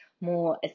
more